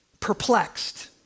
perplexed